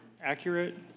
accurate